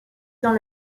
dans